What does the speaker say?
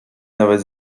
nawet